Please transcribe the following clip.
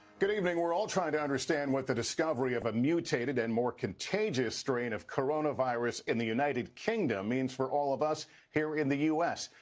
good evening. we're all trying to understand what the discovery of a mutated and more contagious strain of coronavirus in the united kingdom means for al of us here in the u s,